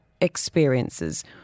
experiences